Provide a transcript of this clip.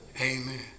Amen